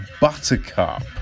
Buttercup